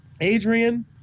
Adrian